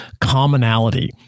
commonality